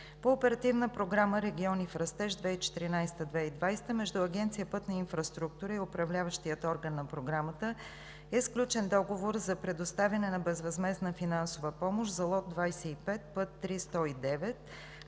По Оперативна програма „Региони в растеж“ 2014 – 2020 между Агенция „Пътна инфраструктура“ и управляващия орган на Програмата е сключен договор за предоставяне на безвъзмездна финансова помощ за Лот 25 „Път